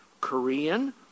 Korean